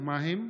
ומהם?